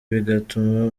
bigatuma